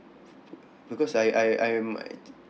because I I I'm uh